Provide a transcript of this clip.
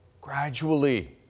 gradually